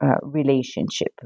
relationship